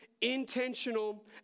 intentional